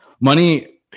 Money